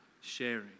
sharing